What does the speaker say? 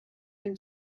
been